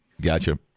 gotcha